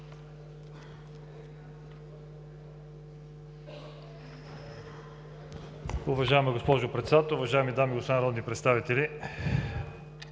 уважаеми господин Председател! Уважаеми дами и господа народни представители,